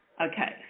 Okay